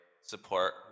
support